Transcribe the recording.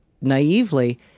naively